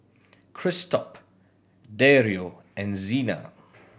Christop Dario and Xena